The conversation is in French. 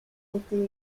été